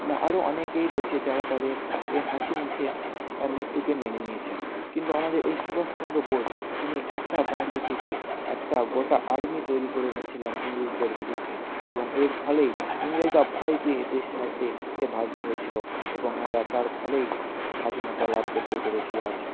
না আরও অনেকেই রয়েছে যারা তাদের এই হাসি মুখে মৃত্যুকে মেনে নিয়েছেন কিন্তু আমাদের এই সুভাষচন্দ্র বোস যিনি একা দাঁড়িয়ে থেকে একটা গোটা আর্মি তৈরি করে নিয়েছিলেন ইংরেজদের বিরুদ্ধে এবং এর ফলেই ইংরেজরা ভয় পেয়ে দেশ ছাড়তে এ বাধ্য হয়েছিল এবং আমরা তার ফলেই স্বাধীনতা লাভ করতে পেরেছি আজ